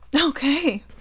okay